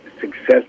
success